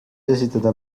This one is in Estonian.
esitada